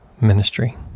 ministry